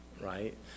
right